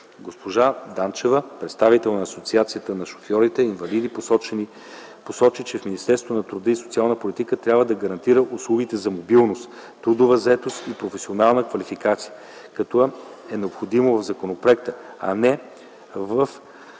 Госпожа Данчева, представител на Асоциация на шофьорите инвалиди посочи, че Министерството на труда и социалната политика трябва да гарантира услугите за мобилност, трудова заетост и професионална квалификация, като е необходимо в законопроекта, а не в